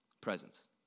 presence